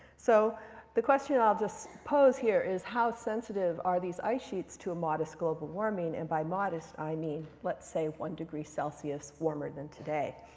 so the question i'll just pose here is, how sensitive are these ice sheets to a modest global warming? and by modest, i mean, let's say one degree celsius warmer than today.